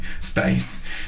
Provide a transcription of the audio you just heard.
space